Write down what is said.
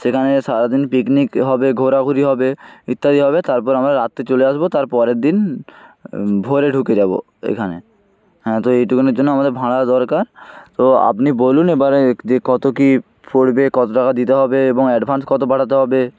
সেখানে সারাদিন পিকনিক হবে ঘোরাঘুরি হবে ইত্যাদি হবে তারপর আমরা রাত্রে চলে আসবো তারপরের দিন ভোরে ঢুকে যাবো এখানে হ্যাঁ তো এইটুকুনির জন্য আমাদের ভাড়া দরকার তো আপনি বলুন এবারে যে কত কি পড়বে কত টাকা দিতে হবে এবং অ্যাডভান্স কত পাঠাতে হবে